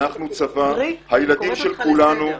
הילדים של כולנו,